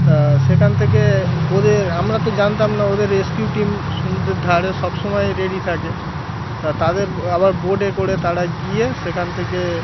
তা সেখান থেকে ওদের আমরা তো জানতাম না ওদের রেস্কিউ টিম সমুদ্রের ধারে সবসময় রেডি থাকে তা তাদের আবার বোটে করে তারা গিয়ে সেখান থেকে